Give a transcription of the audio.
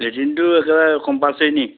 লেটিনটো একেবাৰে কম্পালচৰি নি